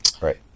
Right